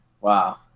Wow